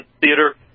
theater